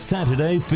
Saturday